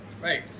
Right